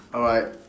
alright